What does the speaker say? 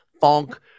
Funk